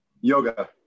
Yoga